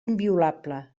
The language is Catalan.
inviolable